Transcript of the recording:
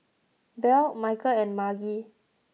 Belle Michael and Margy